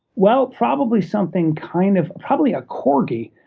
well, probably something kind of probably a corgi.